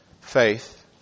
faith